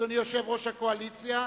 אדוני יושב-ראש הקואליציה,